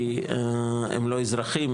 הם לא אזרחים,